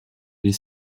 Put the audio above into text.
les